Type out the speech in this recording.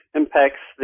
impacts